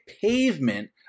pavement